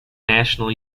national